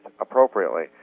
appropriately